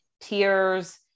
tears